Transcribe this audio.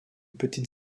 petite